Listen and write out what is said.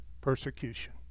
persecution